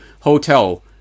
hotel